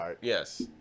Yes